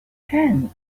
hand